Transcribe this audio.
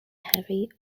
heavy